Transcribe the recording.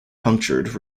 punctured